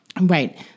Right